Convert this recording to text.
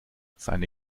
seine